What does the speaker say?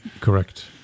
Correct